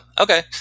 okay